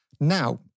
Now